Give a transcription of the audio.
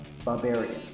Barbarian